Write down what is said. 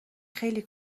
خیلی